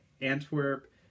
Antwerp